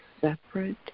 separate